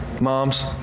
moms